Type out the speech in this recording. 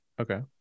Okay